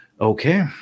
Okay